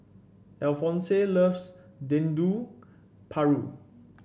Alphonse loves Dendeng Paru